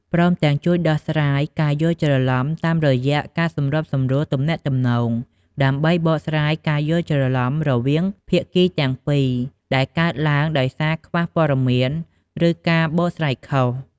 ព្រមទាំងជួយដោះស្រាយការយល់ច្រឡំ តាមរយះការសម្របសម្រួលទំនាក់ទំនង ដើម្បីបកស្រាយការយល់ច្រឡំរវាងភាគីទាំងពីរដែលកើតឡើងដោយសារខ្វះព័ត៌មាន ឬការបកស្រាយខុស។